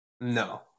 no